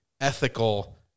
ethical